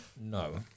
no